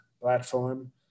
platform